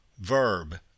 verb